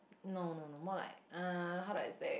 no no no more like er how do I say